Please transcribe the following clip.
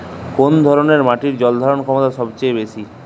কোন ধরণের মাটির জল ধারণ ক্ষমতা সবচেয়ে বেশি?